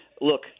look